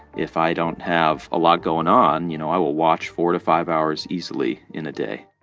if i don't have a lot going on, you know, i will watch four to five hours easily in a day